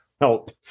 help